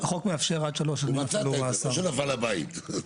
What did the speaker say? ומצאת את זה, לא שנפל הבית.